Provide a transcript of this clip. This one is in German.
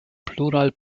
plural